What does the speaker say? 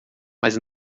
mas